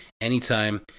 anytime